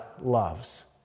loves